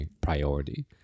priority